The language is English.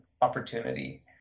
opportunity